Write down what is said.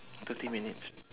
thirty minutes